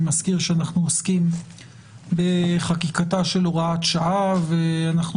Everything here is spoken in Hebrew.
אני מזכיר שאנחנו עוסקים בחקיקת הוראת שעה ואנחנו